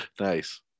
Nice